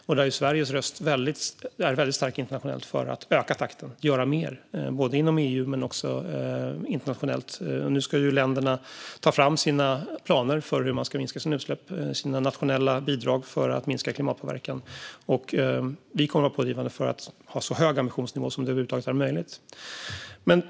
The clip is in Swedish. Där är ju Sveriges röst väldigt stark internationellt för att öka takten och göra mer, inom EU men också internationellt. Nu ska länderna ta fram planer för hur de ska minska sina utsläpp och komma med sina nationella bidrag för att minska klimatpåverkan. Vi kommer att vara pådrivande för att ha en så hög ambitionsnivå som över huvud taget är möjlig.